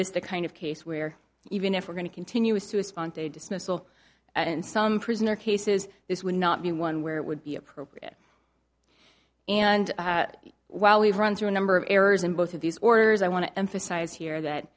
this the kind of case where even if we're going to continue to a spontaneous missile and some prisoner cases this would not be one where it would be appropriate and while we've run through a number of errors in both of these orders i want to emphasize here that